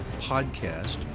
podcast